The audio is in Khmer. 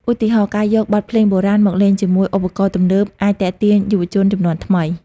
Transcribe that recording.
ឧទាហរណ៍ ការយកបទភ្លេងបុរាណមកលេងជាមួយឧបករណ៍ទំនើបអាចទាក់ទាញយុវជនជំនាន់ថ្មី។